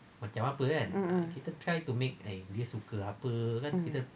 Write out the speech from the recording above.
mm mm